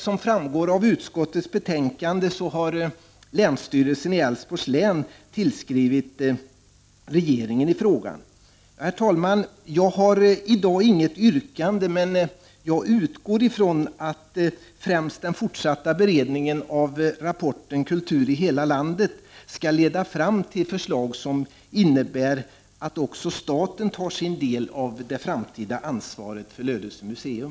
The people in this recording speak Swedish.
Som framgår av utskottets betänkande har länsstyrelsen i Älvsborgs län tillskrivit regeringen i frågan. Herr talman! Jag har i dag inget yrkande, men jag utgår ifrån att främst den fortsatta beredningen av rapporten Kultur i hela landet skall leda fram till förslag, som innebär att också staten tar sin del av det framtida ansvaret för Lödöse museum.